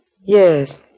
Yes